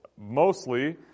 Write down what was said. Mostly